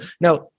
Now